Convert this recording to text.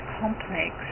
complex